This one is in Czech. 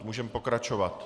Můžeme pokračovat.